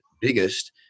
biggest